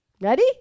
ready